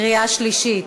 קריאה שלישית,